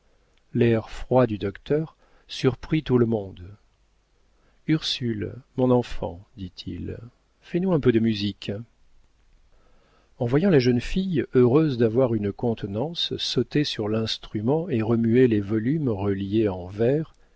l'air froid du docteur surprit tout le monde ursule mon enfant dit-il fais-nous un peu de musique en voyant la jeune fille heureuse d'avoir une contenance sauter sur l'instrument et remuer les volumes reliés en vert